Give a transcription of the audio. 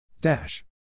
Dash